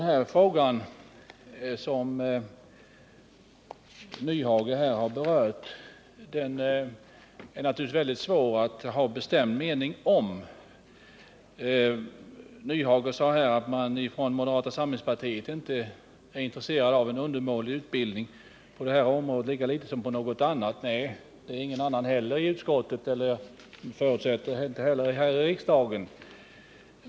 Herr talman! Det är naturligtvis svårt att ha någon bestämd mening om den fråga som Hans Nyhage här har berört. Hans Nyhage sade att moderaterna inte är intresserade av en undermålig utbildning på det här området lika litet som på något annat. Det är ingen annan heller, vare sig i utskottet eller här i riksdagen.